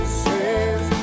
says